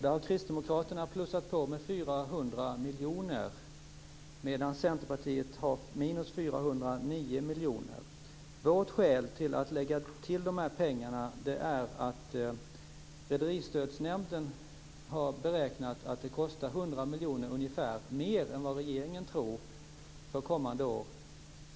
Där har Kristdemokraterna plussat på med 400 miljoner medan Centerpartiet har 409 miljoner. Vårt skäl för att lägga till de här pengarna är att Rederistödsnämnden har beräknat att det kostar ungefär 100 miljoner mer än vad regeringen tror för kommande år.